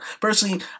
personally